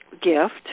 gift